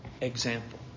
example